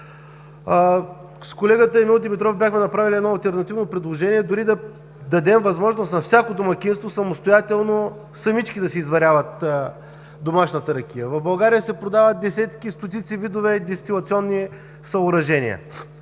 С колегата Емил Димитров бяхме направили алтернативно предложение – преди да дадем възможност на всяко домакинство самостоятелно да си изварява домашната ракия, но в България се продават десетки и стотици видове дестилационни съоръжения.